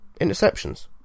Interceptions